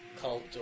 cult